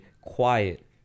quiet